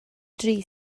dri